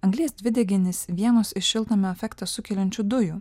anglies dvideginis vienos iš šiltnamio efektą sukeliančių dujų